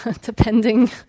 depending